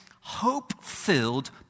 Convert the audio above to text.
hope-filled